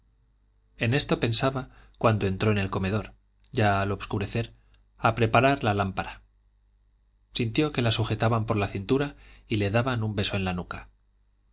en esto pensaba cuando entró en el comedor ya al obscurecer a preparar la lámpara sintió que la sujetaban por la cintura y le daban un beso en la nuca